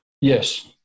Yes